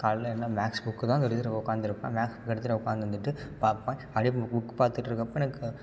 காலையில் எல்லாம் மேக்ஸ் புக்குதாங்க எடுத்துட்டு உட்காந்துருப்பேன் மேக்ஸ் புக்கை எடுத்துட்டு உட்காந்து இருந்துட்டு பார்ப்பேன் அப்டி புக்கு பார்த்துட்ருக்கப்ப எனக்கு